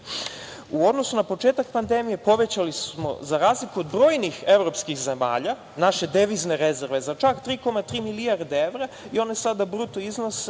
odnosu na početak pandemije povećali smo, za razliku od brojnih evropskih zemalja, naše devizne rezerve za čak 3,3 milijarde evra i one sada bruto iznose